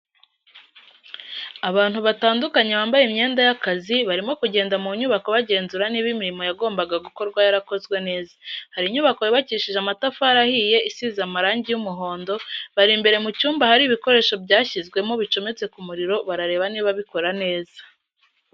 Abantu batandukanye bambaye imyenda y'akazi barimo kugenda mu nyubako bagenzura niba imirimo yagombaga gukorwa yarakozwe neza, hari inyubako yubakishije amatafari ahiye isize amarangi y'umuhondo, bari imbere mu cyumba ahari ibikoresho byashyizwemo bicometse ku muriro barareba niba bikora neza.